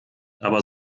aber